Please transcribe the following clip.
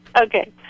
Okay